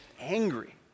angry